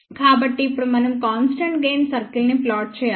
కాబట్టి ఇప్పుడు మనం కాన్స్టెంట్ గెయిన్ సర్కిల్ ని ప్లాట్ చేయాలి